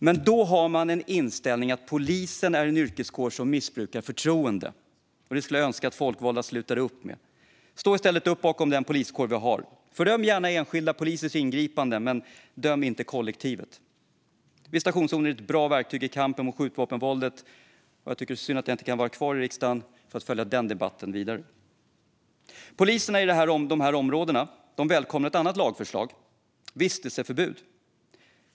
Men då har man inställningen att polisen är en yrkeskår som missbrukar sitt förtroende, och den inställningen skulle jag önska att folkvalda skulle sluta att ha. Stå i stället upp bakom den poliskår vi har - fördöm gärna enskilda polisers ingripanden, men döm inte kollektivet! Visitationszoner är ett bra verktyg i kampen mot skjutvapenvåldet. Jag tycker att det är synd att jag inte kan vara kvar i riksdagen för att följa den debatten vidare. Poliserna i de här områdena välkomnar ett annat lagförslag, nämligen vistelseförbud.